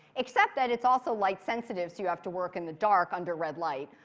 except that it's also light sensitive. so you have to work in the dark, under red light.